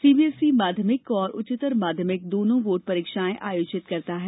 CBSE माध्यमिक और उच्चतर माध्यमिक दोनों बोर्ड परीक्षाएं आयोजित करता है